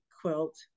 quilt